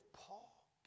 Paul